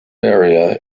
area